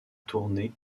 tourné